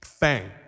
bang